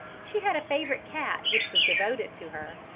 she had a favourite cat which was devoted to her,